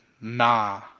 nah